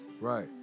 Right